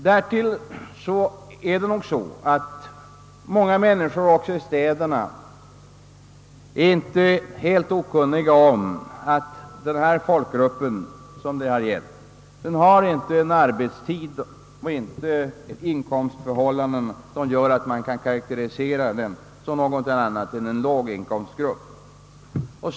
Därtill kommer att många människor också i städerna inte är helt okunniga om att den folkgrupp som det här gäller inte har den arbetstid och de inkomstförhållanden som gör att man kan karakterisera den som något annat än en låginkomstgrupp.